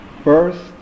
First